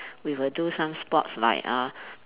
we will do some sports like uh